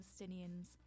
Palestinians